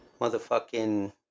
motherfucking